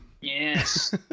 Yes